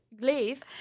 leave